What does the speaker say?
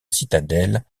citadelle